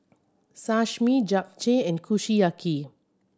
Sashimi Japchae and Kushiyaki